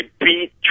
beat